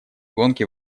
гонки